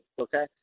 okay